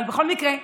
אבל בכל מקרה,